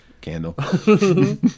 candle